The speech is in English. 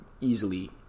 easily